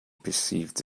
perceived